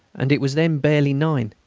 and it was then barely nine.